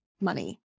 money